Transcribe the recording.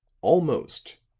almost.